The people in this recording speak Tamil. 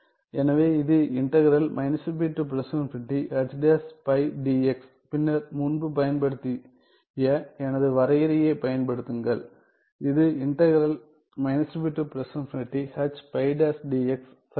எனவே இது பின்னர் முன்பு பயன்படுத்திய எனது வரையறையைப் பயன்படுத்துங்கள் இது சரியா